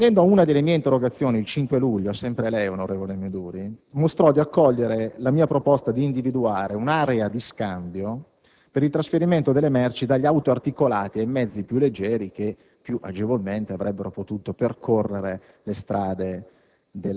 Rispondendo a una delle mie interrogazioni, il 5 luglio scorso, sempre lei onorevole Meduri, mostrò di accogliere la mia proposta d'individuare un'area di scambio per il trasferimento delle merci dagli autoarticolati a mezzi più leggeri che, più agevolmente, avrebbero potuto percorrere le strade del